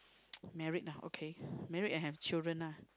married lah okay married and have children lah